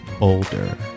older